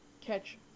catch